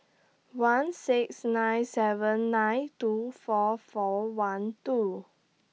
one six nine seven nine two four four one two